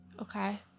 Okay